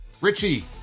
Richie